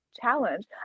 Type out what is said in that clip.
challenge